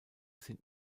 sind